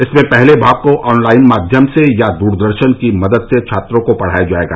इसमें पहले भाग को ऑनलाइन माध्यम से या दूरदर्शन की मदद से छात्रों को पढ़ाया जायेगा